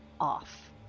off